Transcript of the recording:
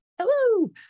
hello